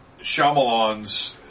Shyamalan's